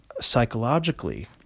psychologically